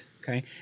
Okay